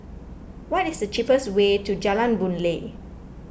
what is the cheapest way to Jalan Boon Lay